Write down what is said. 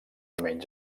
menys